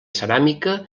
ceràmica